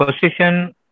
position